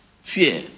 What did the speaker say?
fear